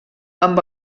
amb